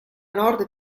nord